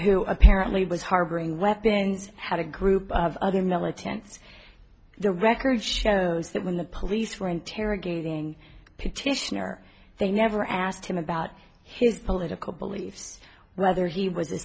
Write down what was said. who apparently was harboring weapons had a group of other militants the record shows that when the police were interrogating petitioner they never asked him about his political beliefs whether he was a